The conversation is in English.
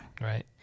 Right